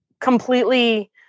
completely